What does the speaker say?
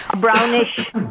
brownish